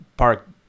park